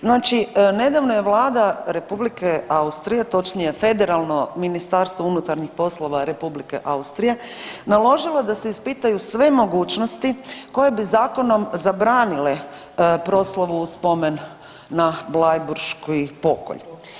Znači nedavno je Vlada Republike Austrije točnije Federalno Ministarstvo unutarnjih poslova Republike Austrije naložilo da se ispitaju sve mogućnosti koje bi Zakonom zabranile proslavu spomen na Bleiburški pokolj.